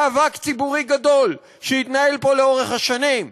מאבק ציבורי גדול שהתנהל פה לאורך השנים.